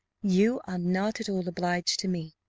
you are not at all obliged to me,